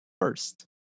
First